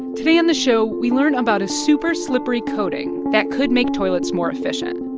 today on the show, we learn about a super slippery coating that could make toilets more efficient,